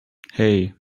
hey